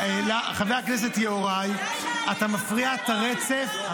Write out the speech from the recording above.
חבר הכנסת יהוראי, אתה מפריע לרצף.